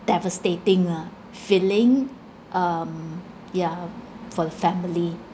devastating ah feeling um yeah for the family